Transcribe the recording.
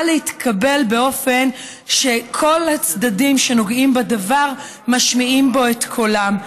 להתקבל באופן שבו כל הצדדים הנוגעים בדבר משמיעים את קולם.